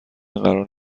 قرار